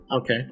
Okay